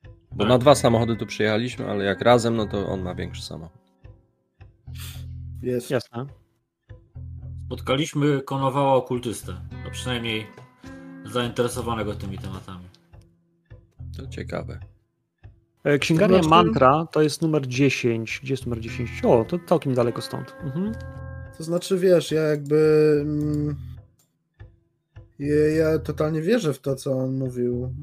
Bo Tak. na dwa samochody tu przyjechaliśmy, ale jak razem, no to on ma większy samochód. Jest. Jasne. Spotkaliśmy konowała okultystę, a przynajmniej zainteresowanego tymi tematami. To ciekawe. E, To księgarnia znaczy- Mantra to jest numer 10. Gdzie jest numer 10? O, to całkiem daleko stąd. Mhm. To znaczy, wiesz, ja jakby, mm, ja- ja totalnie wierzę w to, co on mówił.